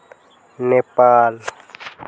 Nepal